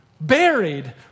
buried